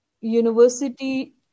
university